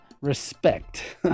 respect